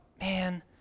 man